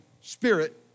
spirit